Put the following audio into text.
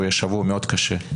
שהוא יהיה שבוע מאוד קשה,